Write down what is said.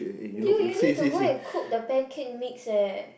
dude you need to go and cook the pancake mix eh